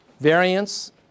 variance